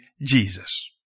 Jesus